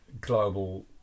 global